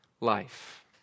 life